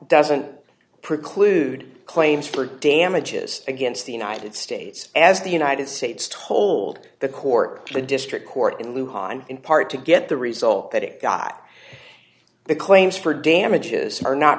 doesn't preclude claims for damages against the united states as the united states told the court the district court in lieu han in part to get the result that it got the claims for damages are not